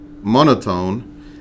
monotone